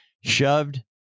shoved